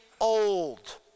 old